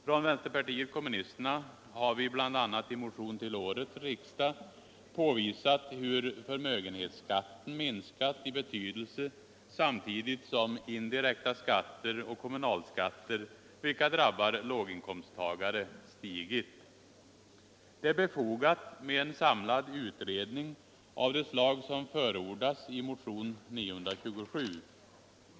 Från vänsterpartiet kommunisterna har vi i bl.a. motion till årets riksdag påvisat hur förmögenhetsskatten minskat i betydelse samtidigt som indirekta skatter och kommunalskatter, vilka drabbar låginkomsttagare, stigit. Det är befogat med en samlad utredning av det slag som förordas 205 i motionen 927.